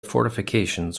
fortifications